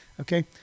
okay